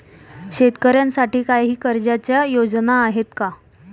शेतकऱ्यांसाठी काही कर्जाच्या योजना आहेत का?